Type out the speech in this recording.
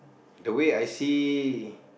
the way I see